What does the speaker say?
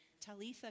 Talitha